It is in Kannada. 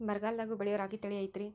ಬರಗಾಲದಾಗೂ ಬೆಳಿಯೋ ರಾಗಿ ತಳಿ ಐತ್ರಿ?